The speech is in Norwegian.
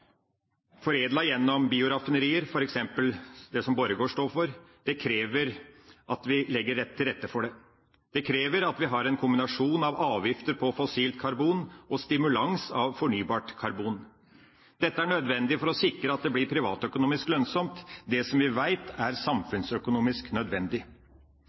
gjennom bioraffinerier, f.eks. det som Borregaard står for, krever at vi legger til rette for det. Det krever at vi har en kombinasjon av avgift på fossilt karbon og stimulans av fornybart karbon. Dette er nødvendig for å sikre at det blir privatøkonomisk lønnsomt det som vi vet er samfunnsøkonomisk nødvendig.